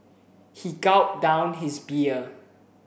he gulped down his beer